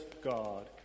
God